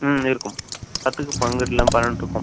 ம் இருக்கும் பத்துக்கு பன்னெண்டு இல்லை பதினெட்டு இருக்கும்